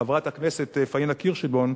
חברת הכנסת פניה קירשנבאום,